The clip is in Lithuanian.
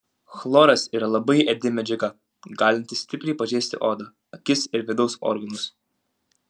chloras yra labai ėdi medžiaga galinti stipriai pažeisti odą akis ir vidaus organus